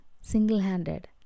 single-handed